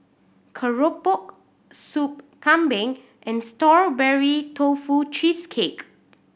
keropok Soup Kambing and Strawberry Tofu Cheesecake